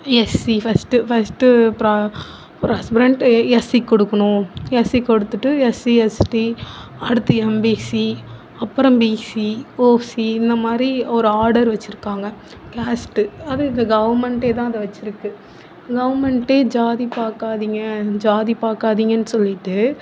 SC first first ப்ராஸ் பிரண்ட்டு எஸ்சிக்கு கொடுக்கணும் எஸ்சிக்கு கொடுத்துட்டு எஸ்சி எஸ்டி அடுத்து எம்பிசி அப்புறம் பிசி ஓசி இந்த மாதிரி ஒரு ஆர்டர் வச்சுருக்காங்க கேஸ்ட்டு அதுவும் இந்த கவுர்மெண்ட்டு தான் அதை வச்சுருக்கு கவுர்மெண்ட்டு ஜாதி பார்க்காதிங்க ஜாதி பார்க்காதிங்கன்னு சொல்லிவிட்டு